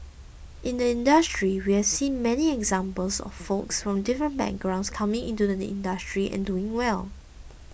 in the industry we've seen many examples of folks from different backgrounds coming into the industry and doing well